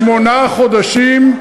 לשמונה חודשים,